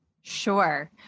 sure